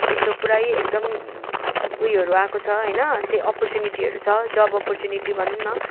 यस्तो पुरा एकदम उयोहरू आएको छ होइन त्यो अपर्च्युनिटीहरू छ जब् अपर्च्युनिटी भनौँ न